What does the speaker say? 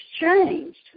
changed